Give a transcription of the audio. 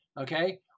Okay